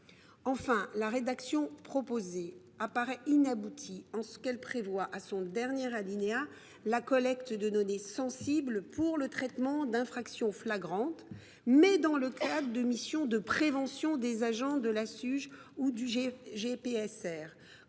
Enfin, la rédaction proposée paraît inaboutie en ce qu’elle prévoit, en son dernier alinéa, la collecte de données sensibles pour le traitement d’infractions flagrantes, mais dans le cadre de la mission de prévention des agents de la Suge et du GPSR